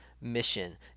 mission